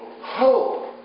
hope